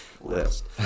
list